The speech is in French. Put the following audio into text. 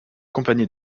compagnie